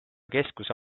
keskuse